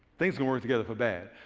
things can work together for bad.